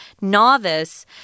novice